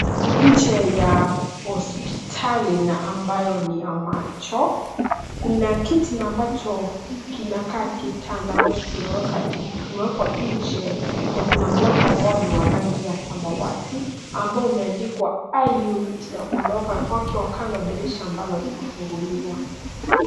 Nje ya hospitali na ambayo ni ya macho. Kuna kiti na ambacho kinakaa kitanda na ambacho kimewekwa nje na kuna mlango ambao ni wa rangi ya samawati ambao imeandikwa eye unit upande wake wa kando dirisha limefunguliwa.